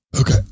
Okay